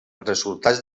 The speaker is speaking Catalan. resultats